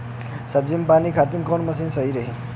सब्जी में पानी खातिन कवन मशीन सही रही?